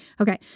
Okay